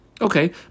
Okay